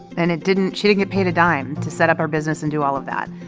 and it didn't she didn't get paid a dime to set up her business and do all of that,